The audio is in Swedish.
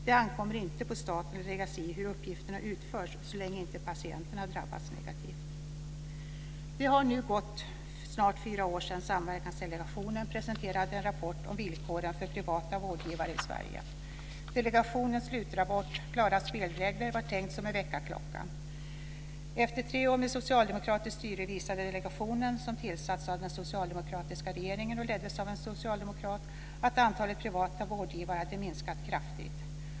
Det ankommer inte på staten att lägga sig i hur uppgifterna utförs, så länge patienterna inte drabbas negativt. Det har nu gått snart fyra år sedan Samverkansdelegationen presenterade en rapport om villkoren för privata vårdgivare i Sverige. Delegationens slutrapport Klara spelregler var tänkt som en väckarklocka. Efter tre år med socialdemokratiskt styre visade delegationen - som tillsatts av den socialdemokratiska regeringen och leddes av en socialdemokrat - att antalet privata vårdgivare hade minskat kraftigt.